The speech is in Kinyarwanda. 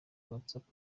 whatsapp